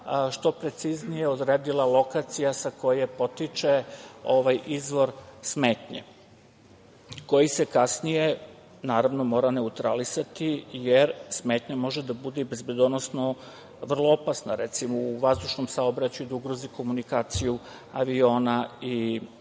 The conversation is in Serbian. što preciznije odredila lokacija sa koje potiče izvor smetnje koji se kasnije, naravno, mora neutralisati, jer smetnja može da bude i bezbedonosno vrlo opasna. Recimo, u vazdušnom saobraćaju da ugrozi komunikaciju aviona i kontrole